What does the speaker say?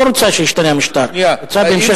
לא רוצה שישתנה בהן המשטר.